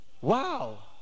Wow